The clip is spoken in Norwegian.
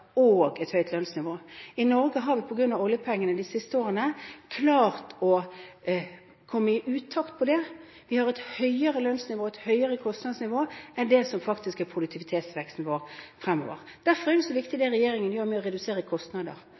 og et høyt lønnsnivå. I Norge har vi på grunn av oljepengene klart å komme i utakt med hensyn til det de siste årene. Vi har hatt høyere lønnsnivå og høyere kostnadsnivå enn det som faktisk er produktivitetsveksten vår fremover. Derfor er det så viktig det regjeringen gjør med å redusere kostnader.